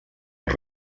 els